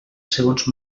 segons